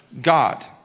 God